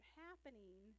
happening